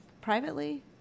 privately